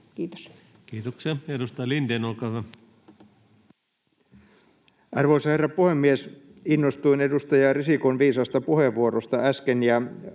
Kiitos. Kiitoksia. — Edustaja Lindén, olkaa hyvä. Arvoisa herra puhemies! Innostuin edustaja Risikon viisaasta puheenvuorosta äsken,